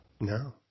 No